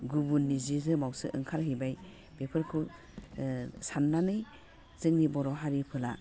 गुबुननि जि जोमावसो ओंखारहैबाय बेफोरखौ साननानै जोंनि बर' हारिफोरा